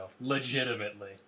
legitimately